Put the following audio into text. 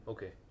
Okay